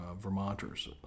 Vermonters